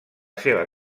seva